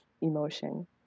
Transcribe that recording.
emotion